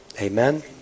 Amen